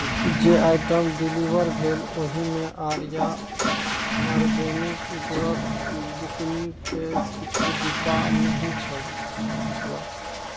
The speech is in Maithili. जे आइटम डिलीवर भेल ओहिमे आर्या आर्गेनिक गुड़क बुकनीके किछु डिब्बा नहि छल छलऽ